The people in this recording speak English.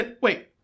Wait